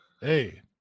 hey